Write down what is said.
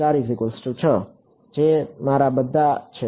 તેથી જે મારા બધા છે